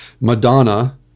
Madonna